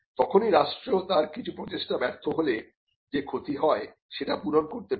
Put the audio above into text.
তখনই রাষ্ট্র তার কিছু প্রচেষ্টা ব্যর্থ হলে যে ক্ষতি হয় সেটা পূরণ করতে পারে